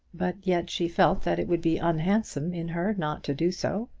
but yet she felt that it would be unhandsome in her not to do so.